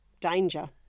danger